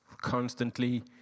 constantly